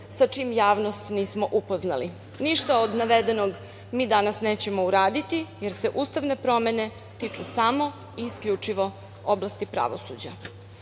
sa čim javnost nismo upoznali. Ništa od navedenog mi danas nećemo uraditi, jer se ustavne promene tiču samo i isključivo oblasti pravosuđa. Juče